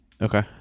Okay